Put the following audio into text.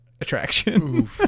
attraction